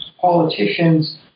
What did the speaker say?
politicians